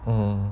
mm